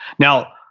now,